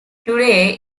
today